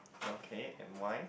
okay and why